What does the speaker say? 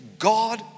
God